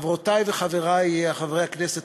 חברותי וחברי חברי הכנסת,